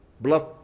blood